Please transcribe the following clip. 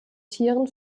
tieren